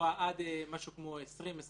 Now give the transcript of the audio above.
עד משהו כמו 25-20 תבניות,